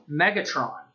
megatron